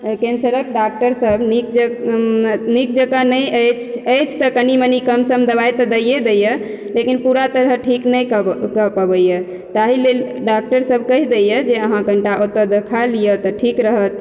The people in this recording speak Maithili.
कैंसरक डॉक्टर सब नीक नीक जकाँ नहि अछि तऽ कनी मनी कम सम दवाइ तऽ दैये दैया लेकिन पूरा तरह ठीक नहि कऽ कऽ पबैया ताहि लेल डॉक्टर सब कही दैया जे अहाँ कनिटा ओतऽ देखा लिय तऽ ठीक रहत